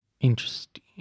Interesting